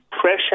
pressure